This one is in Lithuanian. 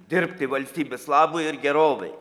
dirbti valstybės labui ir gerovei